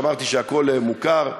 אמרתי שהכול מוכר,